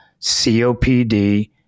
COPD